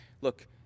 look